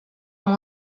amb